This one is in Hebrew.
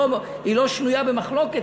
היא לא שנויה במחלוקת,